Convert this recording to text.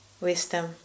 Wisdom